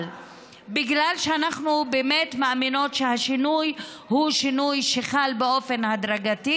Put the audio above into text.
אבל בגלל שאנחנו באמת מאמינות שהשינוי הוא שינוי שחל באופן הדרגתי,